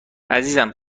عزیزم